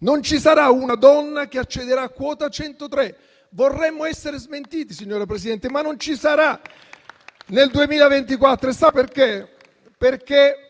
Non ci sarà una donna che accederà a Quota 103. Vorremmo essere smentiti, signora Presidente, ma non ci sarà nel 2024 perché hanno